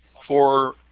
for